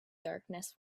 darkness